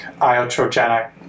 iotrogenic